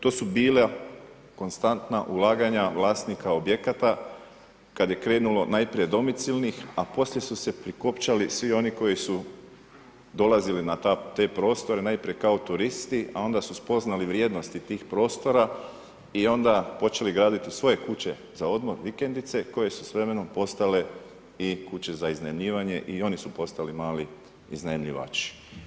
To su bila konstantna ulaganja vlasnika objekata kad je krenulo najprije domicilnih, a poslije su se prikopčali svi oni koji su dolazili na te prostore, najprije kao turisti, a onda su spoznali vrijednosti tih prostora i onda počeli graditi svoje kuće za odmor, vikendice koje su s vremenom postale i kuće za iznajmljivanje i oni su postali mali iznajmljivači.